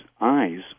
eyes